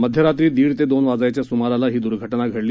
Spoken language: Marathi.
मध्यरात्री दीड ते दोन वाजायच्या सुमाराला ही दुर्घटना घडली